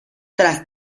tras